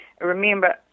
Remember